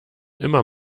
immer